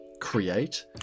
Create